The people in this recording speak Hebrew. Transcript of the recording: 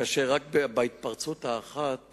כאשר רק בהתפרצות האחת